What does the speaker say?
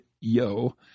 Yo